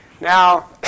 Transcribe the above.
Now